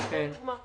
אני אתן דוגמה.